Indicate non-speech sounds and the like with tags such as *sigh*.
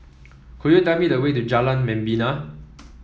could you tell me the way to Jalan Membina *noise*